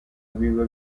biba